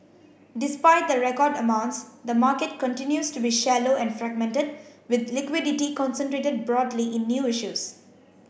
despite the record amounts the market continues to be shallow and fragmented with liquidity concentrated broadly in new issues